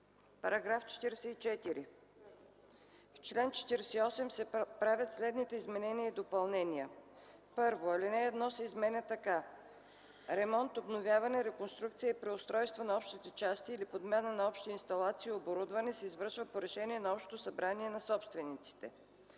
§ 44: „§ 44. В чл. 48 се правят следните изменения и допълнения: 1. Алинея 1 се изменя така: „(1) Ремонт, обновяване, реконструкция и преустройство на общите части или подмяна на общи инсталации и оборудване се извършва по решение на общото събрание на собствениците.”